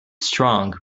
strong